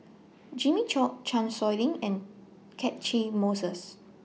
Jimmy Chok Chan Sow Lin and Catchick Moses